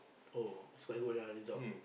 oh is quite good lah the job